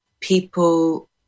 people